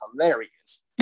hilarious